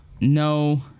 No